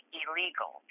illegal